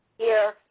here.